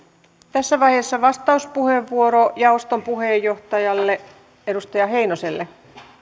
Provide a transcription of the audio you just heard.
tässä vaiheessa vastauspuheenvuoro jaoston puheenjohtajalle edustaja heinoselle